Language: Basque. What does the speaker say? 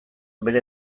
bere